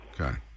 Okay